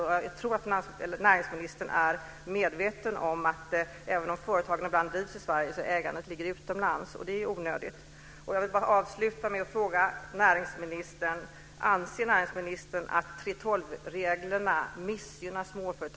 Jag tror att näringsministern är medveten om att även om företagen ibland drivs i Sverige ligger ägandet utomlands, och det är ju onödigt.